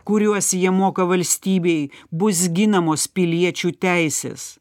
kuriuos jie moka valstybei bus ginamos piliečių teisės